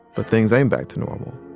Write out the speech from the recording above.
but things ain't back to normal.